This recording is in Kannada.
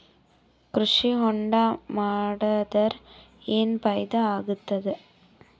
ಕೃಷಿ ಹೊಂಡಾ ಮಾಡದರ ಏನ್ ಫಾಯಿದಾ ಆಗತದ?